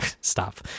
stop